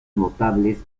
notables